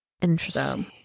interesting